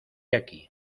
aquí